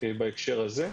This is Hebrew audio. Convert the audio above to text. בהקשר הזה,